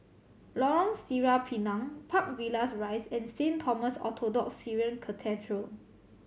Lorong Sireh Pinang Park Villas Rise and Saint Thomas Orthodox Syrian Cathedral